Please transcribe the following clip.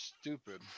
stupid